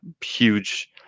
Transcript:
huge